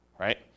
right